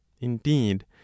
Indeed